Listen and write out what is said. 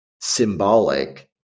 symbolic